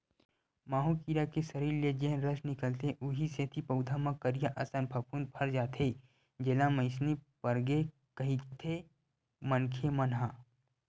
माहो कीरा के सरीर ले जेन रस निकलथे उहीं सेती पउधा म करिया असन फफूंद पर जाथे जेला मइनी परगे कहिथे मनखे मन ह